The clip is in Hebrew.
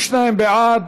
32 בעד,